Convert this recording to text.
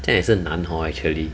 这样也是很难 hor actually